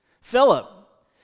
Philip